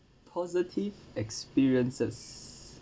positive experiences